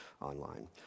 online